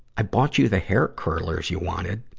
i bought you the hair curlers you wanted.